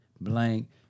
blank